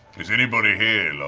is anybody here, like,